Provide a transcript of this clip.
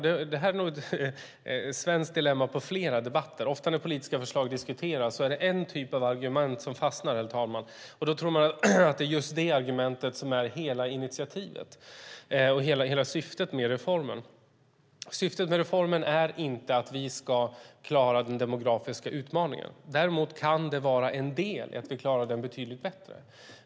Det här är nog ett svenskt dilemma i flera debatter. Ofta när politiska förslag diskuteras är det en typ av argument som fastnar, herr talman, och då tror man att det är just det argumentet som är hela initiativet och hela syftet med reformen. Syftet med reformen är inte att vi ska klara den demografiska utmaningen. Däremot kan det vara en del i att vi klarar den betydligt bättre.